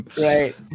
Right